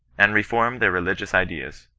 and reform their religious ideas.